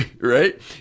Right